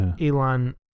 Elon